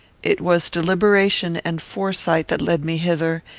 it was deliberation and foresight that led me hither,